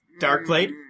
Darkblade